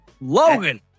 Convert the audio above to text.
Logan